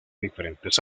diferentes